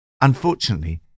Unfortunately